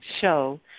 show